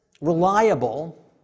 reliable